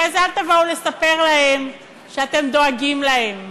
אחרי זה אל תבואו לספר להם שאתם דואגים להם.